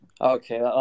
Okay